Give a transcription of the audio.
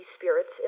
spirits